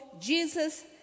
Jesus